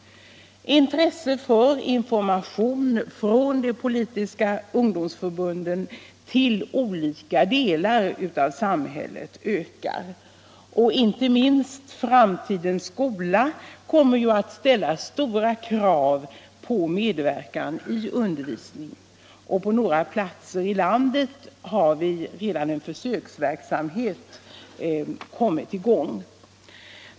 Intresset för information från de politiska ungdomsförbunden till olika delar av samhället ökar. Inte minst framtidens skola kommer att ställa stora krav på medverkan i undervisningen. På några platser i landet har försöksverksamhet redan kommit i gång.